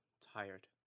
tired